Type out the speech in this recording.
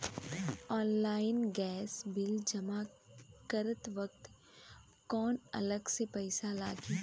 Online gas bill जमा करत वक्त कौने अलग से पईसा लागी?